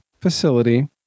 facility